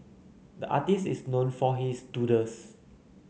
the artist is known for his doodles